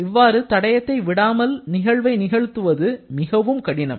இவ்வாறு தடயத்தை விடாமல் நிகழ்வை நிகழ்த்துவது மிகவும் கடினம்